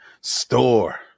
store